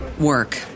work